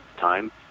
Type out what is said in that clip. time